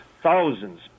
thousands